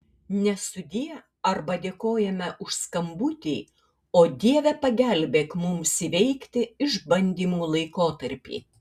ne sudie arba dėkojame už skambutį o dieve pagelbėk mums įveikti išbandymų laikotarpį